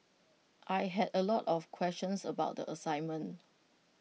I had A lot of questions about the assignment